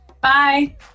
Bye